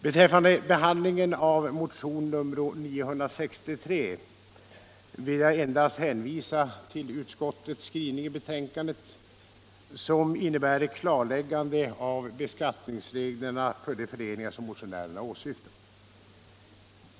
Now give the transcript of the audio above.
Beträffande behandlingen av motion nr 963 vill jag endast hänvisa till utskottets skrivning i betänkandet som innebär ett klarläggande av beskattningsreglerna för de föreningar som motionärerna åsyftar.